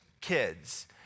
kids